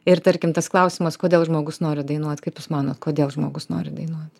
ir tarkim tas klausimas kodėl žmogus nori dainuot kaip jūs manot kodėl žmogus nori dainuot